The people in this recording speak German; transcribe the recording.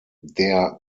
der